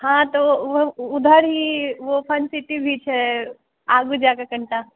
हाँ तऽ उधर ही ओ फन सिटी भी छै आगु जाकऽ कनिटा